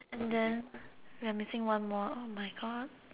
and then we are missing one more oh my god